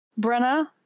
brenna